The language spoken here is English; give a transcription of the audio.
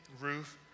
Ruth